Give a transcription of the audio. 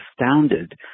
astounded